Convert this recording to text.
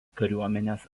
kariuomenės